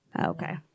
Okay